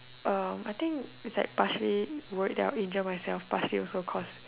uh I think it's like partially worried that I'll injure myself partially also cause